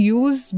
use